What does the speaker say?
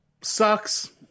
Sucks